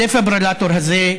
הדפיברילטור הזה,